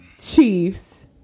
Chiefs